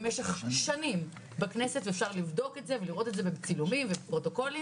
במשך שנים בכנסת ואפשר לבדוק את זה ולראות את זה בצילומים ובפרוטוקולים,